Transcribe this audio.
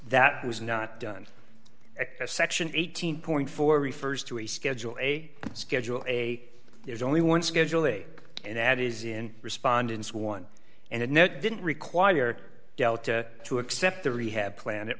that was not done as section eighteen four refers to a schedule a schedule a there's only one schedule a and that is in respondents one and a net didn't required delta to accept the rehab plan